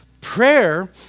Prayer